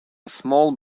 small